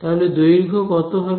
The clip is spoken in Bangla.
তাহলে দৈর্ঘ্য কত হবে